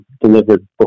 delivered